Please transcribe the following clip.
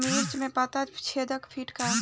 मिर्च में पता छेदक किट का है?